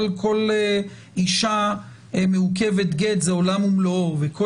כל אישה מעוכבת גט זה עולם ומלואו וכל